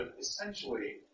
essentially